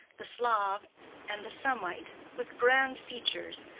the sclave and the semite, with grand features,